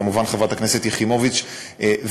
כמובן חברת הכנסת יחימוביץ ואחרים,